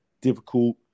difficult